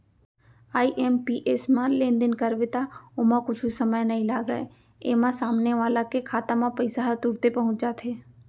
IMPS म लेनदेन करबे त ओमा कुछु समय नइ लागय, एमा सामने वाला के खाता म पइसा ह तुरते पहुंच जाथे